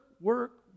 work